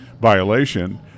violation